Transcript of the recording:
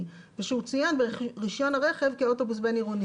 ושהוא צוין ברישיון הרכב כאוטובוס בין עירוני.